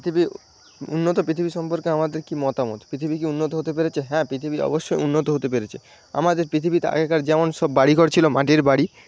পৃথিবী উন্নত পৃথিবী সম্পর্কে আমাদের কি মতামত পৃথিবী কি উন্নত হতে পেরেছে হ্যাঁ পৃথিবী অবশ্যই উন্নত হতে পেরেছে আমাদের পৃথিবীতে আগেকার যেমন সব বাড়িঘর ছিল মাটির বাড়ি